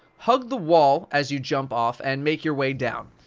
hug the wall as you jump off and make your way down.